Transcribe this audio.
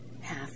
half